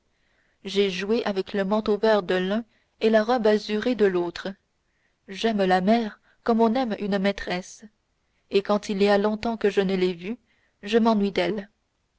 j'ai joué avec le manteau vert de l'un et la robe azurée de l'autre j'aime la mer comme on aime une maîtresse et quand il y a longtemps que je ne l'ai vue je m'ennuie d'elle